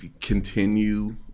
continue